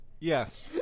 Yes